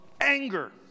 anger